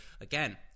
again